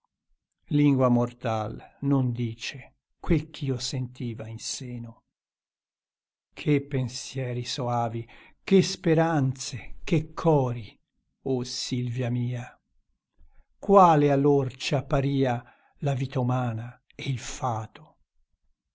lingua mortal non dice quel ch'io sentiva in seno che pensieri soavi che speranze che cori o silvia mia quale allor ci apparia la vita umana e il fato